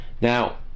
Now